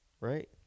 right